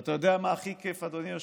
ואתה יודע מה הכי כיף, אדוני היושב-ראש?